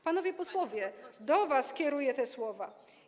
Panowie posłowie, do was kieruję te słowa.